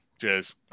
Cheers